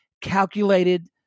calculated